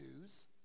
news